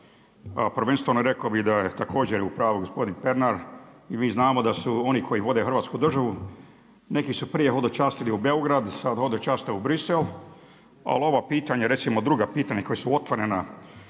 Prvenstveno rekao bih da je također u pravu gospodin Pernar i mi znamo da su oni koji vode Hrvatsku državu neki su prije hodočastili u Beograd, sad hodočaste u Bruxelles. Ali ovo pitanje recimo druga pitanja koja su otvorena